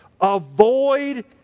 avoid